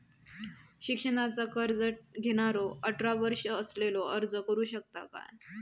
शिक्षणाचा कर्ज घेणारो अठरा वर्ष असलेलो अर्ज करू शकता काय?